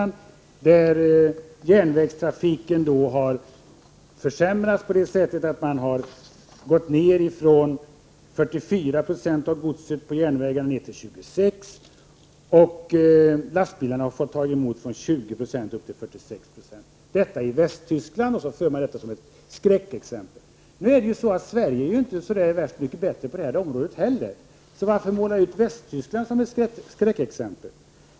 Där har godstrafiken på järnväg minskat från 44 till 26 26, medan lastbilstransporterna har ökat från 20 till 46 90. Nu är ju Sverige inte så värst mycket bättre på det här området heller, så varför måla ut Västtyskland som ett skräckexempel?